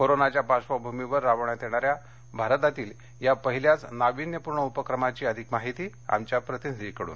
कोरोनाच्या पार्बभूमीवर राबविण्यात येणाऱ्या भारतातील या पहिल्याच नावीन्यपूर्ण उपक्रमाची अधिक माहिती आमच्या प्रतिनिधीकडून